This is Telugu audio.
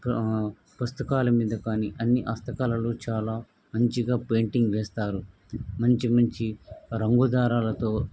పుస్తకాల మీద కానీ అన్నీ హస్తకళలు చాలా మంచిగా పెయింటింగ్ వేస్తారు మంచి మంచి రంగు దారాలతో